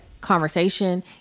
conversation